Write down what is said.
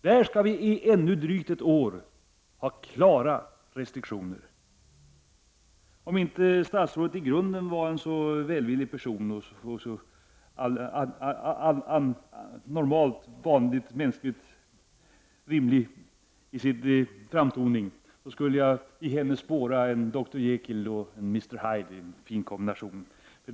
Där skall vi i ännu drygt ett år ha klara restriktioner. Om inte statsrådet normalt var en så vänlig person, skulle jag mot denna bakgrund i henne spåra en Dr Jekyll och Mr Hyde i fin kombination.